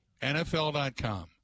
NFL.com